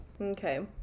Okay